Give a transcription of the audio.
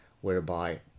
whereby